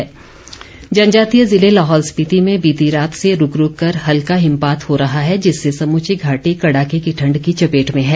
मौसम जनजातीय ज़िले लाहौल स्पीति में बीती रात से रूक रूक कर हल्का हिमपात हो रहा है जिससे समूची घाटी कड़ाके की ठण्ड की चपेट में है